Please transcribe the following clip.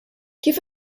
kif